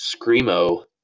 Screamo